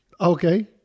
Okay